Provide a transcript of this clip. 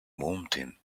mountain